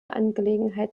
angelegenheit